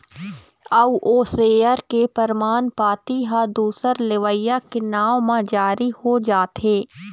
अउ ओ सेयर के परमान पाती ह दूसर लेवइया के नांव म जारी हो जाथे